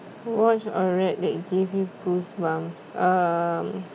watched or read that gave me goosebumps um